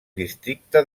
districte